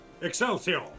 Excelsior